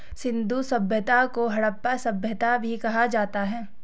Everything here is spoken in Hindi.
सिंधु सभ्यता को हड़प्पा सभ्यता भी कहा जाता है